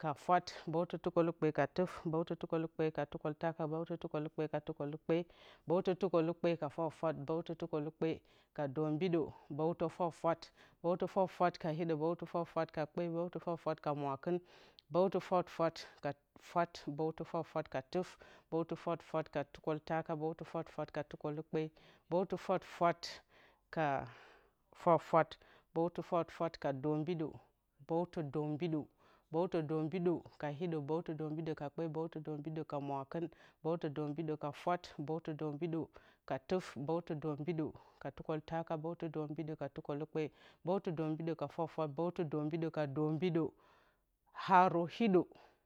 ka fwat bǝwtǝ tukǝlukpeka ka tuf bǝwtǝ tukǝlukpe katukǝltaka bǝwtǝ tukǝlukpe ka tukǝlukpe bǝwtǝ tukǝlukpe ka fwafwat bǝwtǝ tukǝlukpe ka dombidǝ bǝwtǝ fwafwat bǝwtǝ fwafwat ka hiɗǝ bǝwtǝ fwafwat ka kpe bǝwtǝ fwafwat ka mwakɨn bǝwtǝ fwafwat ka fwat bǝwtǝ fwafwat ka tuf bǝwtǝ fwafwat ka tukǝltaka bǝwtǝ fwafwat tukǝlukpe bǝwtǝ fwafwat fwafwat bǝwtǝ fwafwat ka dombidǝ bǝwtǝ dombidǝ bǝwtǝ dombidǝ ka hiɗǝ bǝwtǝ dombidǝ ka kpe bǝwtǝ dombidǝ ka mwakɨn bǝwtǝ dombidǝ ka fwat bǝwtǝ dombidǝ ka tuf bǝwtǝ dombidǝ ka tukǝltaka bǝwtǝ dombidǝ tukǝlukpe bǝwtǝ dombidǝ ka fwafwat bǝwtǝ dombidǝ ka dombiɗǝ haru hiɗǝ